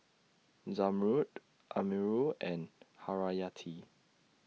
Zamrud Amirul and Haryati